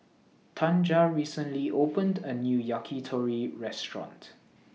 Tanja recently opened A New Yakitori Restaurant